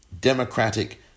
Democratic